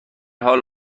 حال